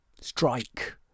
strike